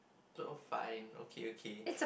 oh fine okay okay